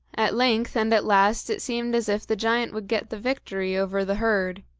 at length and at last it seemed as if the giant would get the victory over the herd.